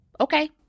okay